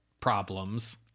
problems